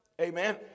Amen